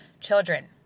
children